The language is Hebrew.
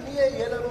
אם יתעורר הצורך,